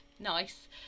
nice